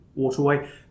waterway